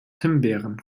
himbeeren